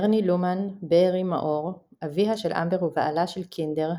ברני לומן / בערי מאור – אביה של אמבר ובעלה של קינדר,